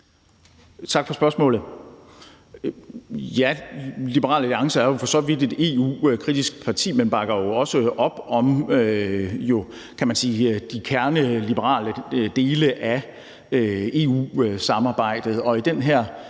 Tak for spørgsmålet. Ja, Liberal Alliance er for så vidt et EU-kritisk parti, men bakker jo også op om, kan man sige, de kerneliberale dele af EU-samarbejdet,